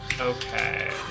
Okay